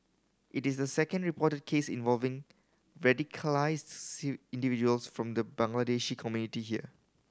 it is the second reported case involving radical individuals from the Bangladeshi community here